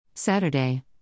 Saturday